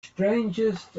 strangest